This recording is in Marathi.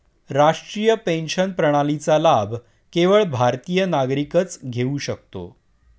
राष्ट्रीय पेन्शन प्रणालीचा लाभ केवळ भारतीय नागरिकच घेऊ शकतो